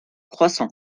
croissant